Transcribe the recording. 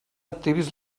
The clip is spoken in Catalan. activis